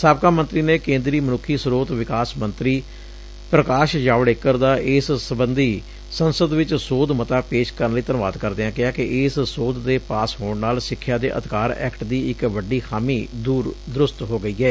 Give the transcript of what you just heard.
ਸਾਬਕਾ ਮੰਤਰੀ ਨੇ ਕੇਂਦਰੀ ਮਨੁੱਖ ਸਰੋਤ ਵਿਕਾਸ ਮੰਤਰੀ ਪ੍ਰਕਾਸ਼ ਜਾਵੇੜਕਰ ਦਾ ਇਸ ਸੰਬੰਧੀ ਸੰਸਦ ਵਿਚ ਸੋਧ ਮਤਾ ਪੇਸ਼ ਕਰਨ ਲਈ ਧੰਨਵਾਦ ਕਰਦਿਆਂ ਕਿਹਾ ਕਿ ਇਸ ਸੋਧ ਦੇ ਪਾਸ ਹੋਣ ਨਾਲ ਸਿੱਖਿਆ ਦੇ ਅਧਿਕਾਰ ਐਕਟ ਦੀ ਇਕ ਵੱਡੀ ਖਾਮੀ ਦਰੁਸਤ ਹੋ ਗਈ ਏ